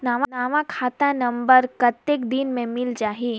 नवा खाता नंबर कतेक दिन मे मिल जाही?